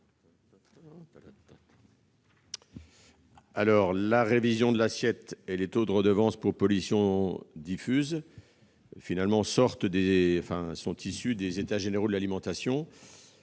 ? La révision de l'assiette et des taux de la redevance pour pollutions diffuses est issue des États généraux de l'alimentation.